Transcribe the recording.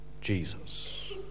Jesus